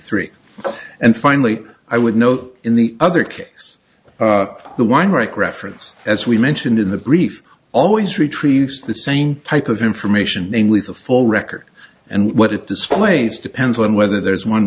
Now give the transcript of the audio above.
three and finally i would note in the other case the one rick reference as we mentioned in the brief always retrieves the same type of information in with a full record and what it displays depends on whether there is one